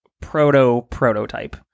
proto-prototype